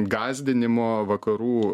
gąsdinimo vakarų